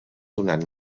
donat